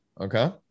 okay